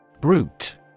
Brute